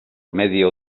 medio